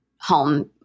home